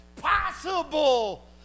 possible